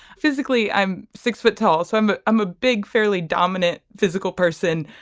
physically i'm six foot tall so i'm. but i'm a big fairly dominant physical person.